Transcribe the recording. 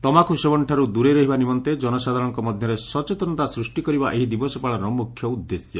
ତମାଖୁ ସେବନଠାର୍ ଦୂରେଇ ରହିବା ନିମନ୍ତେ ଜନସାଧାରଶଙ୍କ ମଧ୍ଧରେ ସଚେତନତା ସୂଷ୍ଟି କରିବା ଏହି ଦିବସ ପାଳନର ମୁଖ୍ୟ ଉଦ୍ଦେଶ୍ୟ